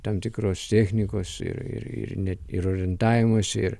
tam tikros technikos ir ir net ir orientavimosi ir